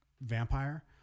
vampire